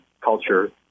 culture